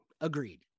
agreed